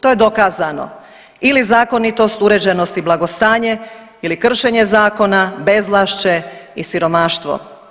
To je dokazano ili zakonitost, uređenost i blagostanje ili kršenje zakona, bezvlašće i siromaštvo.